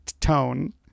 tone